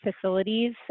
facilities